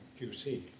QC